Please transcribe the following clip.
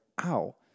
ow